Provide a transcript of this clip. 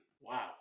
Wow